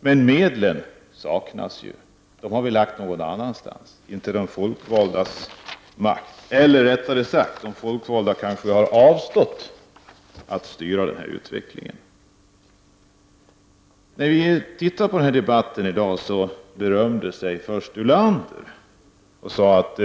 Men medlen saknas. De finns någon annanstans än i de folkvaldas makt. Eller, rättare sagt, de folkvalda har avstått från att styra den här utvecklingen. I dagens debatt berömde sig först Lars Ulander av att